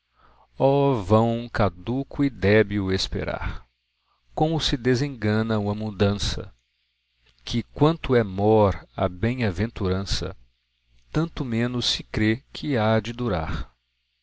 vão caduco e débil esperar como se desengana üa mudança que quanto é mor a bem aventurança tanto menos se crê que há de durar